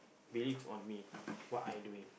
believe on me what I doing